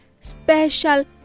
special